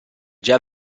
già